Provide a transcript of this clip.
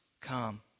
Come